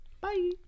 Bye